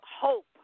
hope